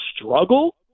struggle